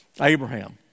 Abraham